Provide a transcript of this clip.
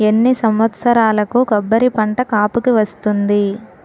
ఎన్ని సంవత్సరాలకు కొబ్బరి పంట కాపుకి వస్తుంది?